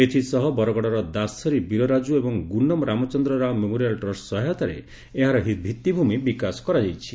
ଏଥିସହ ବରଗଡ଼ର ଦାସରୀ ବୀରରାଜୁ ଏବଂ ଗୁନମ ରାମଚନ୍ଦ ରାଓ ମେମୋରିଆଲ୍ ଟ୍ରଷ୍ଟ ସହାୟତାରେ ଏହାର ଭିଭିଭୂମି ବିକାଶ କରାଯାଇଛି